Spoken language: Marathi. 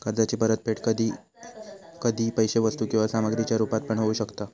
कर्जाची परतफेड कधी कधी पैशे वस्तू किंवा सामग्रीच्या रुपात पण होऊ शकता